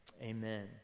amen